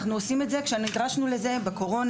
אנחנו עושים את זה כשנדרשנו לזה בקורונה,